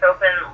Open